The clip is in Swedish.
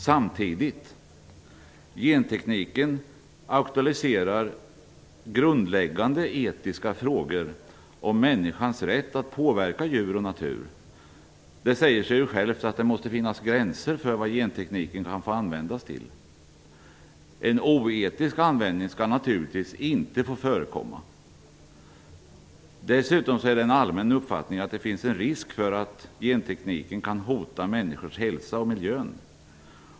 Samtidigt aktualiserar gentekniken grundläggande etiska frågor om människans rätt att påverka djur och natur. Det säger sig självt att det måste finnas gränser för vad gentekniken kan få användas till. En oetisk användning skall naturligtvis inte få förekomma. Dessutom är det en allmän uppfattning att det finns en risk för att gentekniken kan hota människors hälsa och miljö.